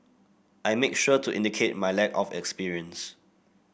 I make sure to indicate my lack of experience